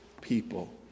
people